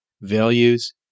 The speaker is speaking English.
values